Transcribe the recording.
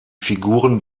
figuren